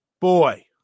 Boy